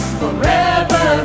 forever